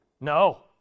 No